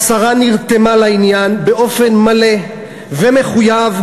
השרה נרתמה לעניין באופן מלא ומחויב,